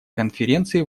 конференции